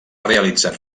realitzat